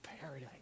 paradise